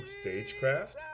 stagecraft